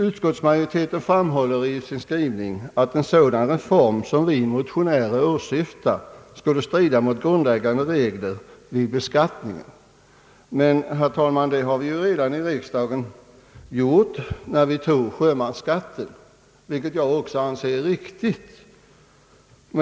Utskottsmajoriteten framhåller i sin skrivning att en sådan reform som vi motionärer åsyftar skulle strida mot grundläggande regler vid beskattningen. Men, herr talman, riksdagen har ju redan tidigare gjort ett liknande avsteg i skatteavseende, nämligen när vi fattade beslutet om sjömansskatten, ett beslut som även jag anser vara riktigt.